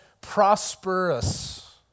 Prosperous